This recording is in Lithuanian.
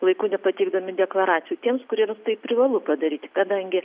laiku nepateikdami deklaracijų tiems kuriems tai privalu padaryti kadangi